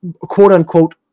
quote-unquote